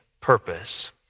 purpose